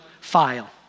file